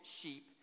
sheep